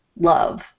love